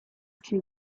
can